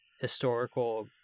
historical